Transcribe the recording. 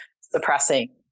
suppressing